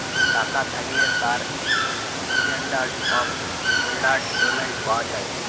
টাকা থ্যাকলে তার ইসট্যানডারড অফ ডেফারড পেমেন্ট পাওয়া যায়